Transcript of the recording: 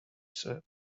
said